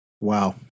Wow